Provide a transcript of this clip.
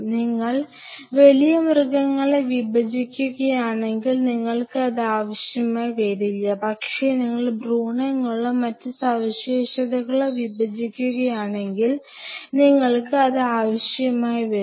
നിങ്ങൾ വലിയ മൃഗങ്ങളെ വിഭജിക്കുകയാണെങ്കിൽ നിങ്ങൾക്ക് അത് ആവശ്യമായി വരില്ല പക്ഷേ നിങ്ങൾ ഭ്രൂണങ്ങളോ മറ്റു സവിശേഷതകളോ വിഭജിക്കുകയാണെങ്കിൽ നിങ്ങൾക്ക് അത് ആവശ്യമായി വരും